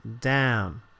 down